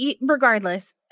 regardless